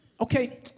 Okay